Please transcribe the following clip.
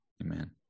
Amen